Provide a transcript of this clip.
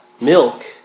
milk